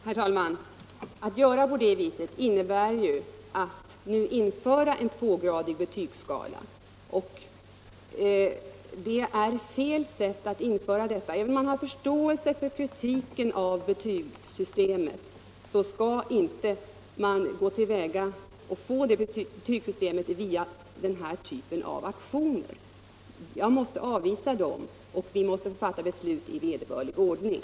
Herr talman! Att göra på det viset innebär att införa en tvågradig betygsskala, men det är ett felaktigt sätt att införa en sådan skala. Även om man har förståelse för kritiken mot betygssystemet skall man inte för att få det betygssystem man kräver gå till väga på det sättet. Jag måste avvisa den typen av aktioner. Jag anser att vi måste fatta beslut i vederbörlig ordning.